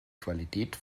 qualität